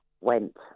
went